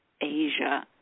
Asia